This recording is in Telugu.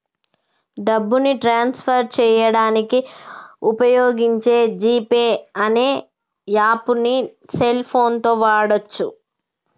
డబ్బుని ట్రాన్స్ ఫర్ చేయడానికి వుపయోగించే జీ పే అనే యాప్పుని సెల్ ఫోన్ తో వాడచ్చు